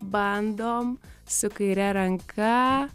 bandom su kaire ranka